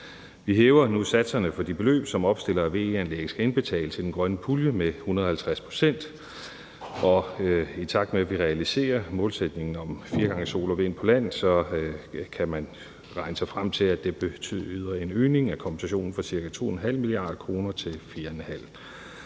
Vi hæver nu satserne på de beløb, som opstillere af VE-anlæg skal indbetale til den grønne pulje, med 150 pct., og i takt med at vi realiserer målsætningen om fire gange sol og vind på land, kan man regne sig frem til, at det betyder en øgning af kompensationen fra ca. 2,5 mia. kr. til 4,5